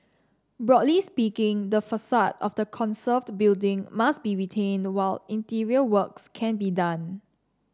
broadly speaking the facade of the conserved building must be retained while interior works can be done